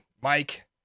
Mike